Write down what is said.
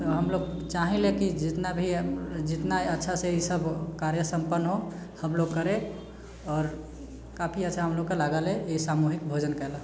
तऽ हम लोग चाहेले कि जितना भी जितना अच्छासँ ईसभ कार्य सम्पन्न हो हम लोग करे आओर काफी अच्छा हम लोगके लागल है ई सामूहिक भोजन कयला